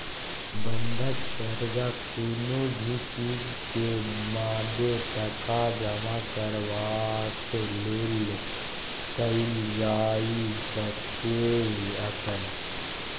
बंधक कर्जा कुनु भी चीज के मादे टका जमा करबाक लेल कईल जाइ सकेए अपन